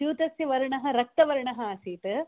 स्यूतस्य वर्णः रक्तवर्णः आसीत्